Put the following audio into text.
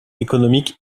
économique